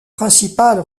principale